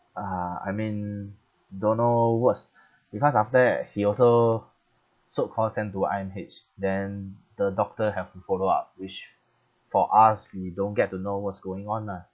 uh I mean don't know what's because after that he also so called sent to I_M_H then the doctor have to follow up which for us we don't get to know what's going on ah